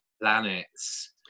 planets